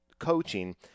coaching